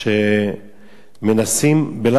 שמנסים בלאו הכי,